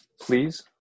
please